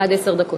עד עשר דקות.